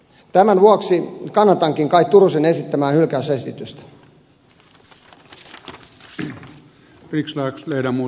tämän vuoksi kannatankin kaj turusen esittämää hylkäysesitystä